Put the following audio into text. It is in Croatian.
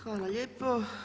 Hvala lijepo.